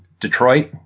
Detroit